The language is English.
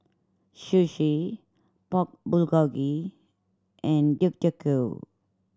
Sushi Pork Bulgogi and Deodeok Gui